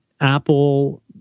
Apple